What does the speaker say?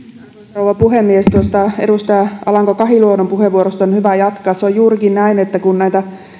rouva puhemies tuosta edustaja alanko kahiluodon puheenvuorosta on hyvä jatkaa se on juurikin näin ja kun näitä